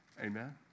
Amen